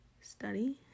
study